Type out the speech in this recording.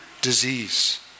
disease